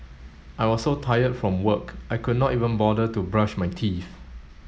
I was so tired from work I could not even bother to brush my teeth